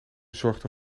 zorgde